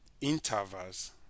intervals